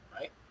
right